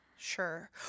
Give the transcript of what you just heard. sure